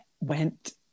went